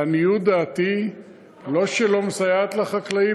לעניות דעתי לא רק שלא מסייעת לחקלאים,